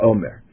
Omer